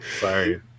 sorry